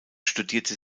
studierte